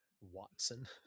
Watson